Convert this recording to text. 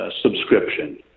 subscription